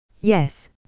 Yes